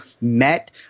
met